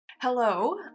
Hello